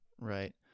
Right